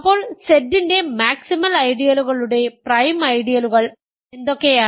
അപ്പോൾ Z ന്റെ maximal ഐഡിയലുകളുടെ പ്രൈം ഐഡിയലുകൾ എന്തൊക്കെയാണ്